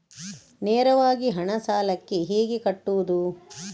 ನೇರವಾಗಿ ಹಣ ಸಾಲಕ್ಕೆ ಹೇಗೆ ಕಟ್ಟುವುದು?